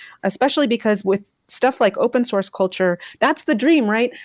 especially because with stuff like open source culture, that's the dream, right?